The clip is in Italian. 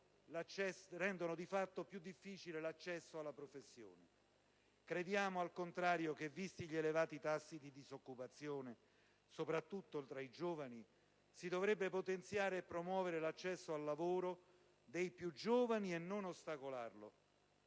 rendono di fatto più difficile l'accesso alla professione. Crediamo, al contrario, che, visti gli elevati tassi di disoccupazione soprattutto tra i giovani, si dovrebbe potenziare e promuovere l'accesso al lavoro dei più giovani, e non ostacolarlo.